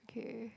okay